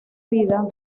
vida